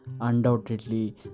undoubtedly